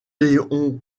león